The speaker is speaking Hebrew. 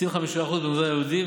25% במגזר היהודי,